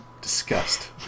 disgust